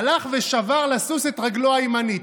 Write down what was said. הלך ושבר לסוס את רגלו הימנית.